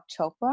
Chopra